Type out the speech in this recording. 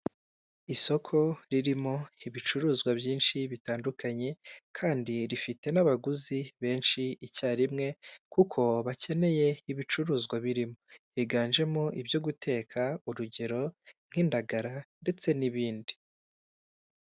Isoko ririmo ibicuruzwa byinshi bitandukanye, kandi rifite n'abaguzi benshi icyarimwe kuko bakeneye ibicuruzwa birimo higanjemo ibyo guteka, urugero nk'indagara ndetse n'ibindi.